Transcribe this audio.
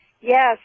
Yes